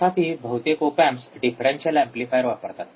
तथापि बहुतेक op amps differential amplifier वापरतात